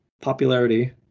Popularity